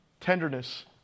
tenderness